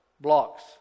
blocks